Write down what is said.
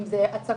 אם זה הצקות